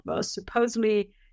supposedly